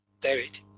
David